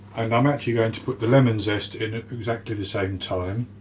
and i'm actually going to put the lemon zest in ah exactly the same time.